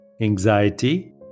anxiety